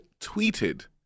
tweeted